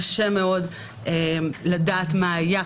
קשה מאוד לדעת מה היה,